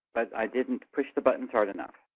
but i didn't push the buttons hard enough.